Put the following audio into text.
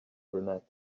brunette